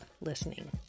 listening